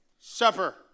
Supper